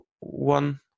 one